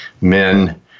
Men